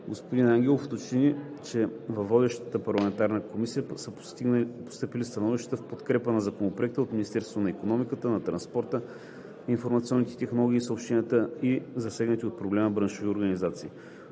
Господин Ангелов уточни, че във водещата парламентарна комисия са постъпили становища в подкрепа на Законопроекта от Министерството на икономиката, Министерството на транспорта, информационните технологии и съобщенията и засегнати от проблема браншови организации.